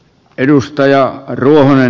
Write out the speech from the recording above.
on aikakin